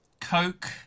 Coke